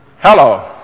Hello